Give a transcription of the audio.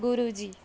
Guru ji